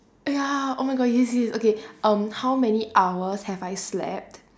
!aiya! oh my god yes yes okay um how many hours have I slept